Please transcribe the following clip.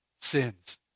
sins